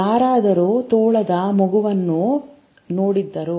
ಯಾರಾದರೂ ತೋಳದ ಮಗುವನ್ನು ನೋಡಿದ್ದರು